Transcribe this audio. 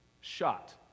shot